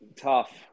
Tough